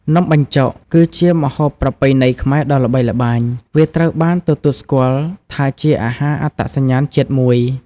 នំបញ្ចុក គឺជាម្ហូបប្រពៃណីខ្មែរដ៏ល្បីល្បាញ វាត្រូវបានទទួលស្គាល់ថាជាអាហារអត្តសញ្ញាណជាតិមួយ។